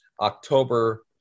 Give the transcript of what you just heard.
October